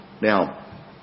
Now